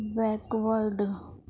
backward